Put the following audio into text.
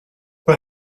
but